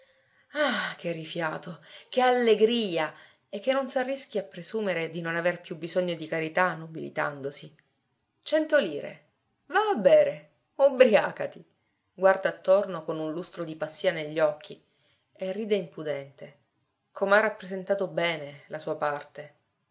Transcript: ah che rifiato che allegria e che non s'arrischi a presumere di non aver più bisogno di carità nobilitandosi cento lire va a bere ubriacati guarda attorno con un lustro di pazzia negli occhi e ride impudente com'ha rappresentato bene la sua parte